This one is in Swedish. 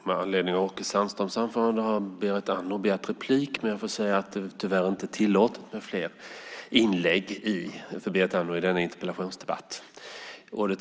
Med anledning av Åke Sandströms anförande har Berit Andnor begärt ytterligare inlägg, men tyvärr är det inte tillåtet med fler inlägg i denna interpellationsdebatt.